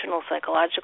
psychological